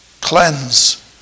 Cleanse